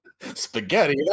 Spaghetti